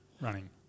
Running